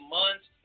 months